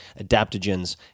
adaptogens